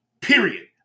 period